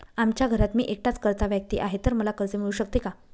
आमच्या घरात मी एकटाच कर्ता व्यक्ती आहे, तर मला कर्ज मिळू शकते का?